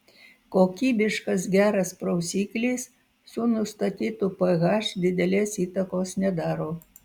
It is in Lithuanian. kokybiškas geras prausiklis su nustatytu ph didelės įtakos nedaro